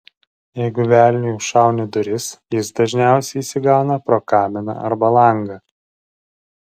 jeigu velniui užšauni duris jis dažniausiai įsigauna pro kaminą arba langą